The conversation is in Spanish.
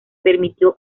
permitió